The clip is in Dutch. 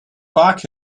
vaak